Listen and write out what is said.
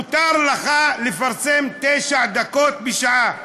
מותר לך לפרסם תשע דקות בשעה.